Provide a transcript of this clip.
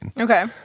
Okay